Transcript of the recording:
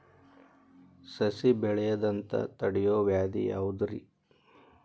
ಸಸಿ ಬೆಳೆಯದಂತ ತಡಿಯೋ ವ್ಯಾಧಿ ಯಾವುದು ರಿ?